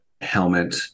helmet